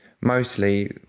mostly